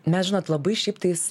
mes žinot labai šiaip tais